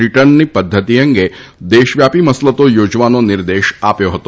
રિટર્નની પદ્ધતિ અંગ દેશવ્યાપી મસલતો યોજવાનો નિર્દેશ આપ્યો હતો